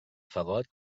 fagot